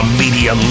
media